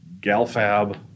Galfab